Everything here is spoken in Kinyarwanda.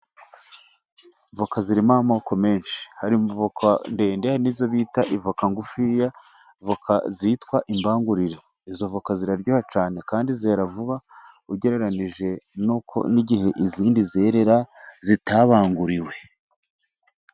Voka zirimo amoko menshi. Hari voka ndende n'izo bita ivoka ngufiya zitwa imbanguriro. Izo voka ziraryoha cyane, kandi zera vuba ugereranije n'uko, n'igihe izindi zerera, zitabanguriwe.